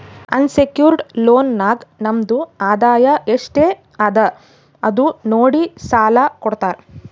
unsecured loan ನಾಗ್ ನಮ್ದು ಆದಾಯ ಎಸ್ಟ್ ಅದ ಅದು ನೋಡಿ ಸಾಲಾ ಕೊಡ್ತಾರ್